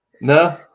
No